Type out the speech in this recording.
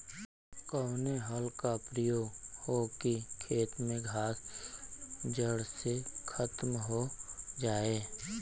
कवने हल क प्रयोग हो कि खेत से घास जड़ से खतम हो जाए?